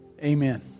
Amen